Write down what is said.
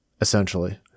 essentially